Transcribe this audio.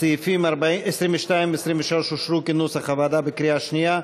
סעיפים 22 23 אושרו, כנוסח הוועדה, בקריאה שנייה.